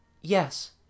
Yes